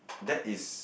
that is